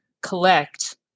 collect